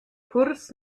kurs